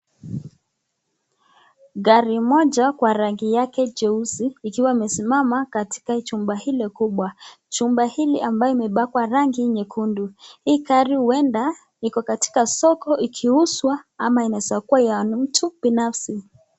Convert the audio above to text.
Gari moja kwa rangi yake jeusi ikiwa imesimama katika chumba hili kubwa chumba hili ambayo imepakwa rangi nyekundu hii gari huenda iko katika soko ikiuzwa ama inaeza kuwa ya mtu binafsi.